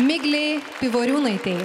miglei pivoriūnaitei